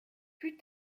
plus